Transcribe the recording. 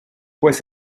pues